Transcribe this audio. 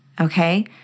okay